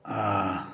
आ